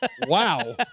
Wow